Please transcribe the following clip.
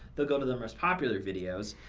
they'll go to the most popular videos.